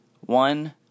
one